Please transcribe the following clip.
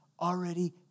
already